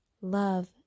love